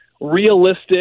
realistic